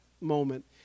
moment